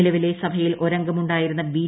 നിലവിലെ സഭയിൽ ഒരംഗമുണ്ടായിരുന്ന ബി